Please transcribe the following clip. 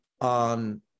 on